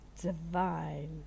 divine